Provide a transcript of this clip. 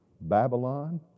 Babylon